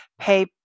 pay